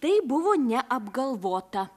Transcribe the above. tai buvo neapgalvota